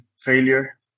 failure